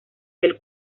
del